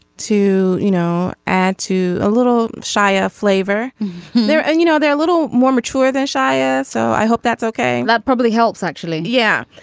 two you know and to a little shyer flavor there and you know they're a little more mature than shy. so i hope that's ok. that probably helps actually. yeah.